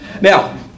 Now